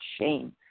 shame